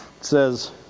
says